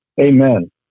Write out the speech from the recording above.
Amen